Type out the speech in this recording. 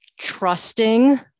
Trusting